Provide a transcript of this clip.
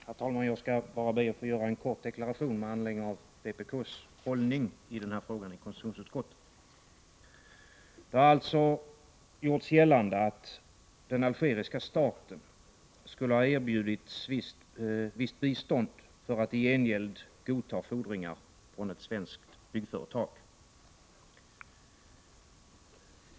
Herr talman! Jag skall be att få göra en kort deklaration med anledning av vpk:s hållning i denna fråga i konstitutionsutskottet. Det har alltså gjorts gällande att den algeriska staten skulle ha erbjudits visst bistånd för att i gengäld godta fordringar från ett svenskt byggföretag.